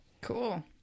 Cool